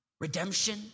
Redemption